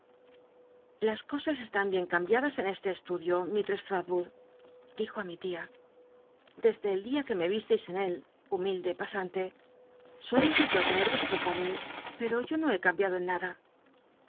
las cosas cst in bien cambiadas en este estudio mistress l'rotwood dijo á mi tia de de el día en que me visteis en él humilde pasante solícito á tener vuestro poey pero yo no he cambi tdo en nada